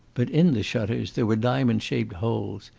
but in the shutters there were diamond-shaped holes,